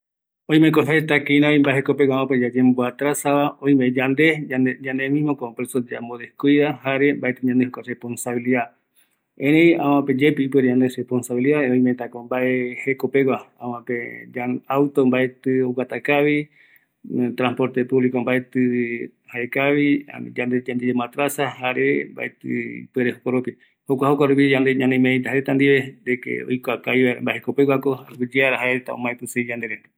Oimetako yaikuauka supereta mbae jekopeguako yandepuerea yayu raivi ñavae, yaiporuta supereta ïñiro vaera, jare jaeta supereta ngara yema kua oasa